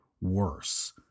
worse